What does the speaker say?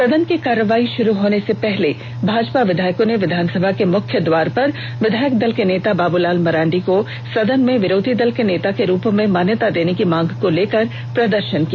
सदन की कार्रवाई शुरू होने से पहले भाजपा विधायकों ने विधानसभा के मुख्य द्वार पर विधायक दल के नेता बाबूलाल मरांडी को सदन में विरोधी दल के नेता के रूप में मान्यता देने की मांग को लेकर प्रदर्शन किया